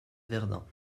verdun